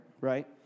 right